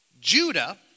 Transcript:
Judah